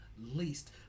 least